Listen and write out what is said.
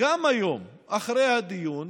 גם היום, אחרי הדיון,